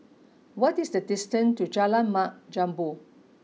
what is the distance to Jalan Mat Jambol